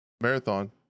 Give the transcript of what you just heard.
marathon